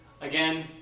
Again